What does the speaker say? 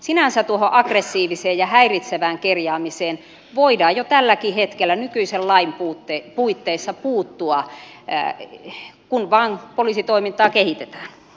sinänsä tuohon aggressiiviseen ja häiritsevään kerjäämiseen voidaan jo tälläkin hetkellä nykyisen lain puitteissa puuttua kun vaan poliisitoimintaa kehitetään